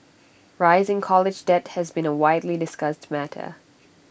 rising college debt has been A widely discussed matter